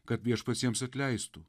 kad viešpats jiems atleistų